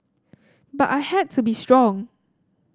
but I had to be strong